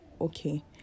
okay